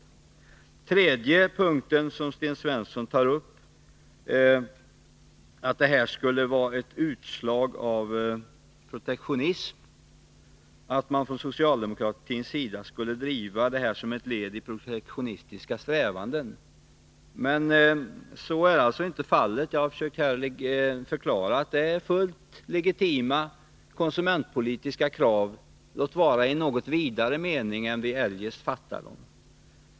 Så till den tredje punkten som Sten Svensson tar upp. Han säger att det här skulle vara ett utslag av protektionism, att man från socialdemokratins sida skulle driva den här frågan som ett led i sina protektionistiska strävanden. Men så är inte fallet. Jag har försökt förklara att det är fråga om fullt legitima konsumentpolitiska krav — låt vara i en något vidare mening än annars.